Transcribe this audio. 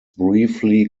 briefly